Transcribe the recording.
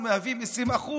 אנחנו מהווים 20%,